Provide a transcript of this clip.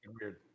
weird